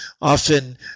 often